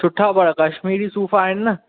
सुठा पर कश्मीरी सूफ़ आहिनि न